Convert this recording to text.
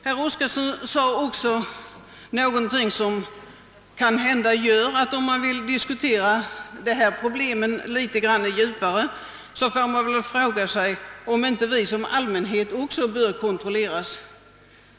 Herr Oskarson sade också någonting som kanhända kan tolkas så, att om vi vill diskutera dessa problem litet mera på djupet, bör vi fråga oss om inte också vi i allmänhet bör kontrolleras.